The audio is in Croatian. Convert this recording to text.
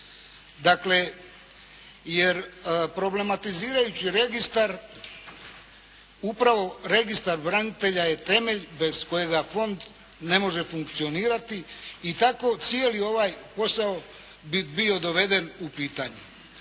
Dakle, jer problematizirajući registar upravo registar branitelja je temelj bez kojega Fond ne može funkcionirati i tako cijeli ovaj posao bi bio doveden u pitanje.